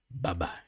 bye-bye